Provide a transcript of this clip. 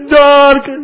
dark